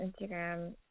Instagram